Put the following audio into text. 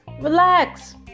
Relax